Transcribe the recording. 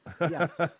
Yes